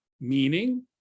meaning